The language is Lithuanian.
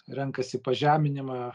renkasi pažeminimą